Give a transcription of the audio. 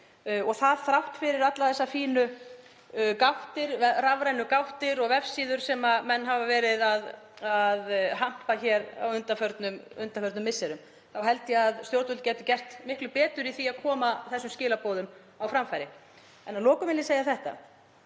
eru. Þrátt fyrir allar þessar fínu gáttir, rafrænu gáttir og vefsíður, sem menn hafa verið að hampa hér á undanförnum misserum, held ég að stjórnvöld gætu gert miklu betur í því að koma þessum skilaboðum á framfæri. Að lokum vil ég segja þetta.